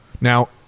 now